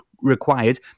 required